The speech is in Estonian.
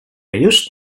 just